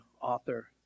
author